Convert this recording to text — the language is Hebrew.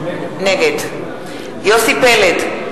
נגד יוסי פלד,